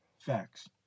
Facts